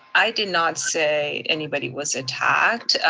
i did not say anybody was attacked,